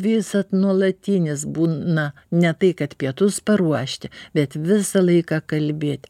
visad nuolatinis būna ne tai kad pietus paruošti bet visą laiką kalbėt